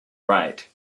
right